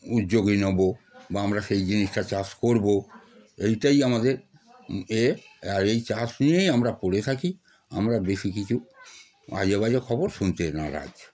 উদ্যোগী নেব বা আমরা সেই জিনিসটা চাষ করব এটাই আমাদের এ আর এই চাষ নিয়েই আমরা পড়ে থাকি আমরা বেশি কিছু আজেবাজে খবর শুনতে নারাজ